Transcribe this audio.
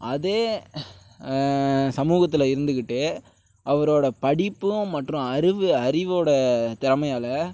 அதே சமூகத்தில் இருந்துக்கிட்டு அவரோட படிப்பு மற்றும் அறிவு அறிவோட திறமையால்